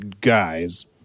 guys